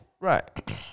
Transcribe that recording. Right